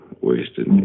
wasted